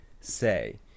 say